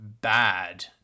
bad